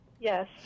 Yes